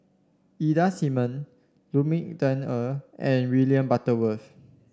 Ida Simmons Lu Ming Teh Earl and William Butterworth